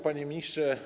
Panie Ministrze!